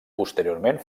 posteriorment